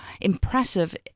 impressive